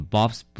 Bob's